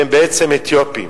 והם בעצם אתיופים.